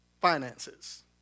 finances